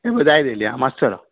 जायत येयलें आं मात्सो राव